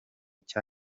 cya